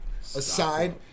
aside